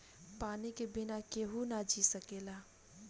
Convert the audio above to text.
पानी के बिना केहू ना जी सकेला